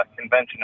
Convention